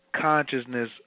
consciousness